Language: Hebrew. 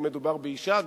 מדובר באשה,